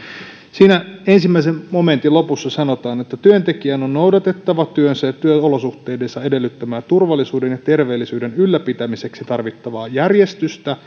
siinä ensimmäisen momentin lopussa sanotaan että työntekijän on noudatettava työnsä ja työolosuhteidensa edellyttämää turvallisuuden ja terveellisyyden ylläpitämiseksi tarvittavaa järjestystä